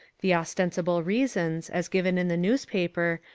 the ostensible reasons, as given in the newspaper,